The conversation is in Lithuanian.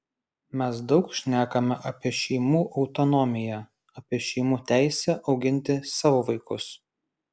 mes daug šnekame apie šeimų autonomiją apie šeimų teisę auginti savo vaikus